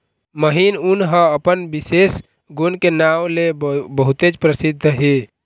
महीन ऊन ह अपन बिसेस गुन के नांव ले बहुतेच परसिद्ध हे